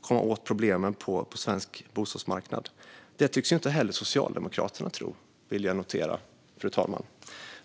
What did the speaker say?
komma åt problemen på svensk bostadsmarknad. Det tycks inte heller Socialdemokraterna tro, vill jag notera.